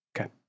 Okay